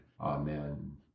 amen